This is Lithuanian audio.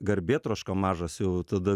garbėtroška mažas jau tada